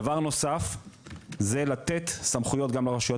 דבר נוסף זה לתת סמכויות גם לרשויות